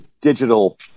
digital